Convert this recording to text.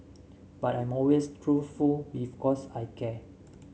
but I'm always truthful because I care